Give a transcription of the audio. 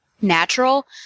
Natural